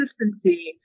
consistency